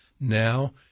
now